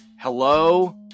hello